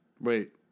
Wait